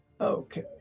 Okay